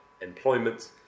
employment